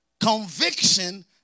conviction